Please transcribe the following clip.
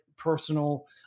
personal